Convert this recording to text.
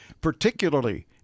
particularly